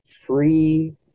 free